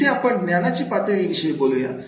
इथे आपण ज्ञानाच्या पातळी विषयी बोलूया